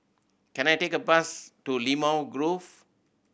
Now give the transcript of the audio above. can I take a bus to Limau Grove